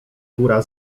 góra